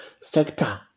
sector